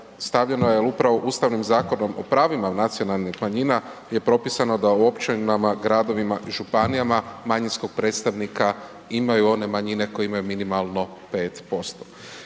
stavljena je upravo ustavnim Zakonom o pravima nacionalnih manjina gdje propisano da u općinama, gradovima i županijama manjinskog predstavnika imaju one manjine koje imaju minimalno 5%.